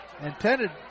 Intended